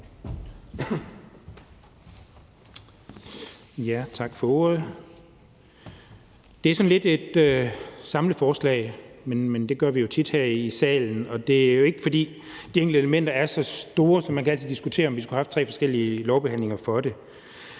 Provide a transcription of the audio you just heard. Tak for ordet. Det er sådan lidt et samleforslag – men det gør vi jo tit her i salen – og det er ikke, fordi de enkelte elementer er så store, så man kan altid diskutere, om vi skulle have haft tre forskellige lovbehandlinger af dem.